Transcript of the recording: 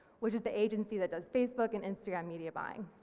which is the agency that does facebook and instagram media buying.